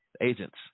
agents